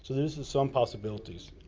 there's some possibilities.